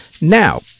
Now